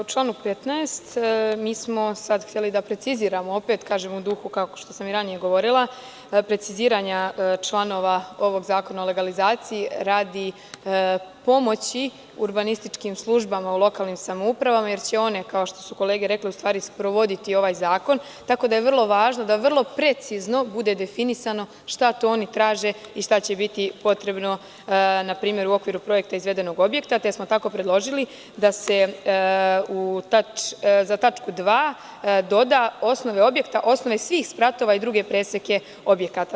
U članu 15. mi smo hteli da preciziramo, opet kažem u duhu kao što sam i ranije govorila, članove ovog zakona o legalizaciji radi pomoći urbanističkim službama u lokalnim samoupravama, jer će one, kao što su kolege rekle,u stvari sprovoditi ovaj zakon, tako da je vrlo važno da vrlo precizno bude definisano šta to oni traže i šta će biti potrebno npr. u okviru projekta izvedenog objekta, te smo tako predložili da se za tačku 2. doda: „osnove objekta, osnove svih spratova i druge preseke objekta“